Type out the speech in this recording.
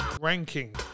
Ranking